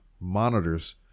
monitors